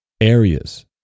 areas